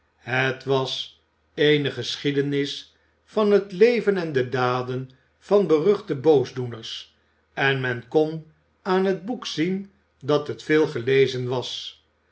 het was eene geschiedenis van het leven en de daden van beruchte boosdoeners en men kon aan het boek zien dat het veel gelezen was